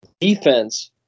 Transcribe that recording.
defense